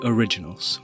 Originals